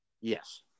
Yes